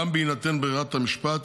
גם בהינתן ברירת המשפט,